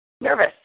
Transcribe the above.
nervous